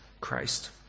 christ